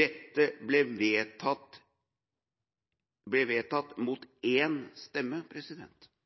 Dette ble vedtatt mot én stemme